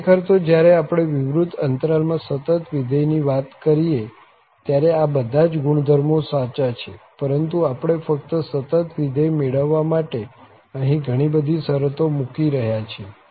ખરેખર તો જયારે આપણે વિવૃત અંતરાલ માં સતત વિધેય ની વાત કરીએ ત્યારે આ બધા જ ગુણધર્મો સાચા છે પરંતુ આપણે ફક્ત સતત વિધેય મેળવવા માટે અહીં ઘણી બધી શરતો મૂકી રહ્યા છીએ